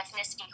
ethnicity